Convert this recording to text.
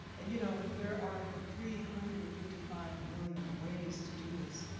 and you know there are three hundred and fifty five million ways to do this,